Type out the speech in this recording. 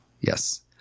Yes